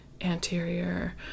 anterior